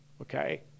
Okay